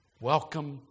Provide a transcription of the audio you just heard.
Welcome